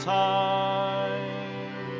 time